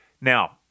Now